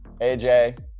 AJ